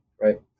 right